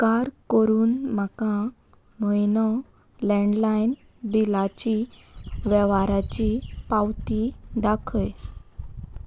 उपकार करून म्हाका म्हयनो लँडलायन बिलाची वेव्हाराची पावती दाखय